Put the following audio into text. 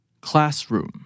Classroom